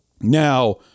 Now